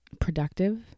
productive